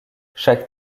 chaque